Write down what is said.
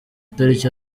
itariki